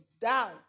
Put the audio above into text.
down